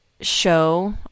show